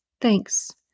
Thanks